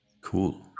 Cool